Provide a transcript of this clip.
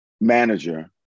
manager